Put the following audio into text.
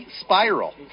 spiral